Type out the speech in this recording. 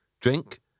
Drink